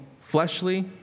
fleshly